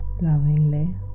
lovingly